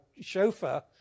chauffeur